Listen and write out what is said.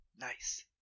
Nice